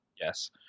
Yes